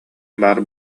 баар